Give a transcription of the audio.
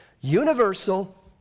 Universal